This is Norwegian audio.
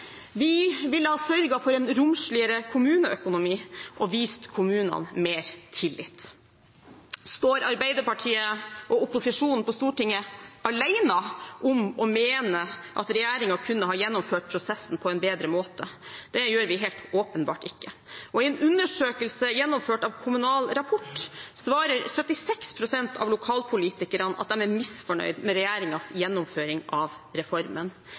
Vi ville ha sørget for en romsligere kommuneøkonomi og vist kommunene mer tillit. Står Arbeiderpartiet og opposisjonen på Stortinget alene om å mene at regjeringen kunne ha gjennomført prosessen på en bedre måte? Det gjør vi helt åpenbart ikke. I en undersøkelse gjennomført av Kommunal Rapport svarer 76 pst. av lokalpolitikerne at de er misfornøyd med regjeringens gjennomføring av reformen.